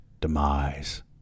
demise